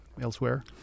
elsewhere